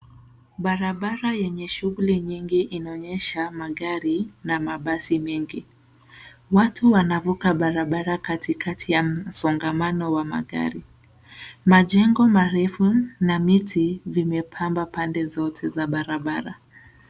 Barabara yenye shughuli nyingi inaonyesha magari na mabasi mengi watu wanavuka barabara katikati ya msongamano wa magari. majengo marefu na miti vimepamba pande zote za barabara.